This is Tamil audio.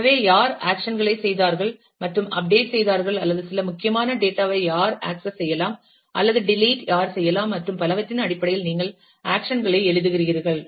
எனவே யார் ஆக்ஷன் களைச் செய்தார்கள் மற்றும் அப்டேட் செய்தார்கள் அல்லது சில முக்கியமான டேட்டா ஐ யார் ஆக்சஸ் செய்யலாம் அல்லது டெலிட் யார் செய்யலாம் மற்றும் பலவற்றின் அடிப்படையில் நீங்கள் ஆக்ஷன் களை எழுதுகிறீர்கள்